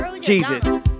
Jesus